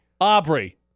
Aubrey